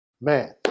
Man